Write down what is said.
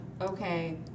okay